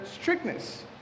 strictness